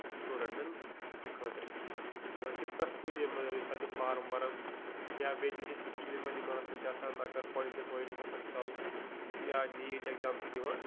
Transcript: سٹوٗڈَنٹَن خٲطرٕ یہِ ہسا چھِ پرٛیٚتھ کُنہِ مَطلب ییٚمہِ ساتہٕ یِم فارم بھَریٚن یا بیٚیہِ تہِ چھِ سِکیٖم یِمَن یِمَن ہَسا چھِ آسان اگر پۄایِنٛٹٕس وۄایِنٛٹٕس آسان مِثال س ٲں نیٖٹ ایٚگزام چھِ دِوان